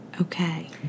Okay